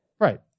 Right